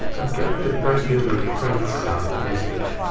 am going to presume it prints some message.